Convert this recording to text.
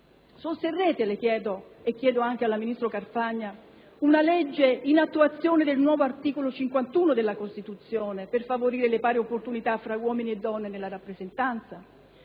sosterrete, chiedo a lei e al ministro Carfagna, una legge in attuazione del nuovo articolo 51 della Costituzione, per favorire le pari opportunità fra uomini e donne nella rappresentanza?